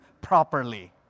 properly